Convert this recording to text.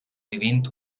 vivint